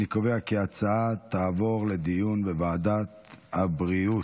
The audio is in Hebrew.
אני קובע כי ההצעה תעבור לדיון בוועדת הבריאות.